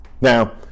Now